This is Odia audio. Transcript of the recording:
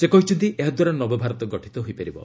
ସେ କହିଛନ୍ତି ଏହାଦ୍ୱାରା ନବଭାରତ ଗଠିତ ହୋଇପାରିବ